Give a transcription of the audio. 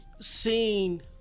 seen